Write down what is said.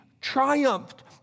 triumphed